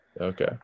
Okay